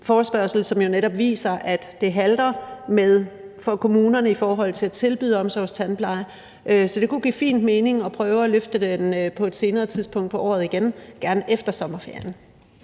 som jo netop viser, at det halter for kommunerne med at tilbyde omsorgstandpleje. Så det kunne fint give mening at prøve at løfte den igen på et senere tidspunkt af året, gerne efter sommerferien.